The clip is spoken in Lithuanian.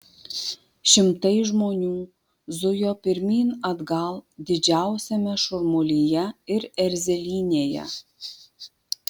šimtai žmonių zujo pirmyn atgal didžiausiame šurmulyje ir erzelynėje